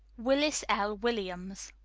willis l. williams.